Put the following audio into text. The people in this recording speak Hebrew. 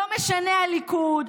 ולא משנה הליכוד,